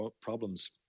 problems